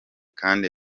kandi